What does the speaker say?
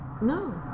No